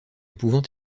pouvant